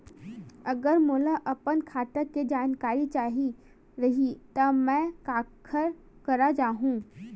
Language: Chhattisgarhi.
अगर मोला अपन खाता के जानकारी चाही रहि त मैं काखर करा जाहु?